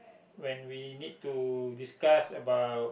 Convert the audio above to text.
when we need to discuss about